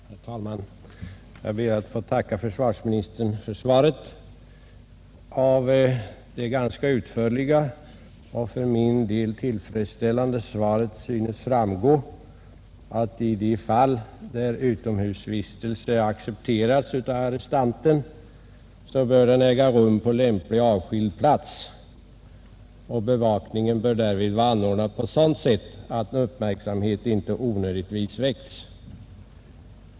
Herr talman! Jag ber att få tacka försvarsministern för svaret. Av detta, som var ganska utförligt och för mig tillfredsställande, framgår att i de fall där utomhusvistelse accepteras av arrestanten bör den äga rum på lämplig, avskild plats, och bevakningen bör därvid vara anordnad på sådant sätt att uppmärksamhet inte onödigtvis väcks.